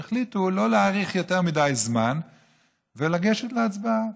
הם החליטו לא להאריך יותר מדי זמן ולגשת להצבעה.